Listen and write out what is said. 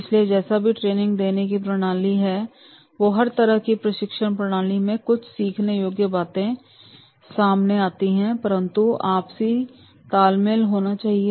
इसलिए जैसा भी ट्रेनिंग देने की प्रणाली है तो हर तरह की प्रशिक्षण प्रणाली में कुछ सीखने योग्य बातें सामने आती हैं परंतु उसमें आपसी तालमेल होना चाहिए